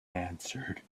answered